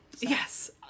yes